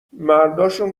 مرداشون